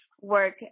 work